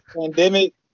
pandemic